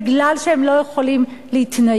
בגלל שהם לא יכולים להתנייד,